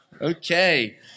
Okay